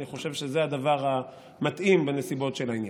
אני חושב שזה הדבר המתאים בנסיבות העניין.